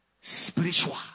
spiritual